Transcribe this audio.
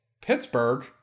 Pittsburgh